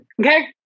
Okay